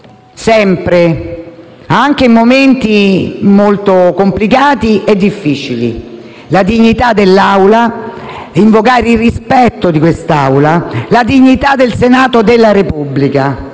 anche in momenti molto complicati e difficili: la dignità dell'Assemblea, il fatto di invocare il rispetto di quest'Aula e la dignità del Senato della Repubblica.